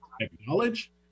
acknowledge